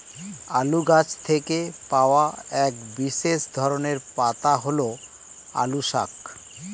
আলু গাছ থেকে পাওয়া এক বিশেষ ধরনের পাতা হল আলু শাক